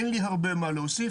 אין לי הרבה מה להוסיף,